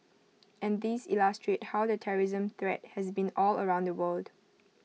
and these illustrate how the terrorism threat has been all around the world